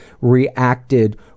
reacted